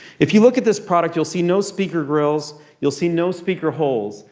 if you look at this product, you'll see no speaker grills. you'll see no speaker holes.